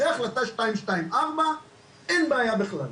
אחרי החלטה 224 אין בעיה בכלל,